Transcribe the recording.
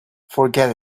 forget